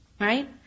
Right